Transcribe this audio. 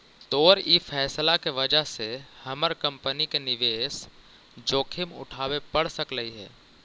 तोर ई फैसला के वजह से हमर कंपनी के निवेश जोखिम उठाबे पड़ सकलई हे